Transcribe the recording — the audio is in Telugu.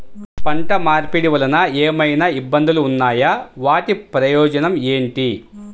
పంట మార్పిడి వలన ఏమయినా ఇబ్బందులు ఉన్నాయా వాటి ప్రయోజనం ఏంటి?